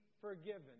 forgiven